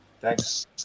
Thanks